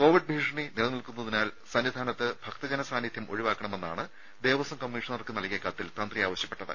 Covid ഭീഷണി നിലനിൽക്കുന്നതിനാൽ സന്നിധാനത്ത് ഭക്തജന സാന്നിധ്യം ഒഴിവാക്കണമെന്നാണ് ദേവസ്വം കമ്മീഷണർക്ക് നൽകിയ കത്തിൽ തന്ത്രി ആവശ്യപ്പെട്ടത്